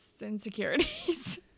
insecurities